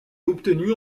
obtenu